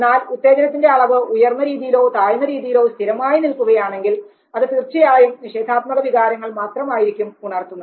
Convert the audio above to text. എന്നാൽ ഉത്തേജനത്തിന്റെ അളവ് ഉയർന്ന രീതിയിലോ താഴ്ന്ന രീതിയിലോ സ്ഥിരമായി നിൽക്കുകയാണെങ്കിൽ അത് തീർച്ചയായും നിഷേധാത്മക വികാരങ്ങൾ മാത്രമായിരിക്കും ഉണർത്തുന്നത്